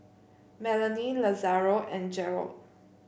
Melony Lazaro and Jerrod